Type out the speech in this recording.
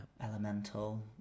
elemental